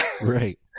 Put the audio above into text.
Right